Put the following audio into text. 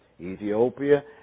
Ethiopia